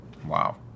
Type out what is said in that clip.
wow